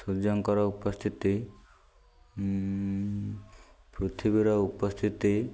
ସୂର୍ଯ୍ୟଙ୍କର ଉପସ୍ଥିତି ପୃଥିବୀର ଉପସ୍ଥିତି